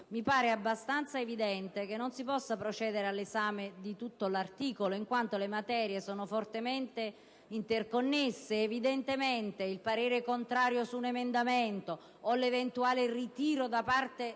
mi pare abbastanza evidente che non si possa procedere all'esame dell'articolo 8, in quanto le materie sono fortemente interconnesse. Evidentemente il parere contrario su un emendamento o l'eventuale ritiro - anche